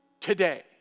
today